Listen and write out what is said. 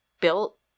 built